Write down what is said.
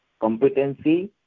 competency